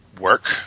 work